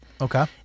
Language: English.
okay